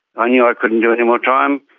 ah knew i couldn't do any more time.